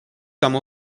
some